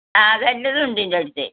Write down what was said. ആ അത് എല്ലാതും ഉണ്ട് എൻ്റെ അടുത്ത്